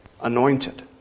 Anointed